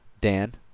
Dan